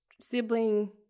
sibling